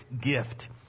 gift